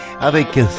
avec